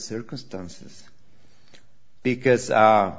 circumstances because